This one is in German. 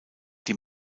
die